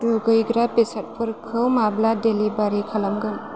दुगैग्रा बेसादफोरखौ माब्ला डेलिबारि खालामगोन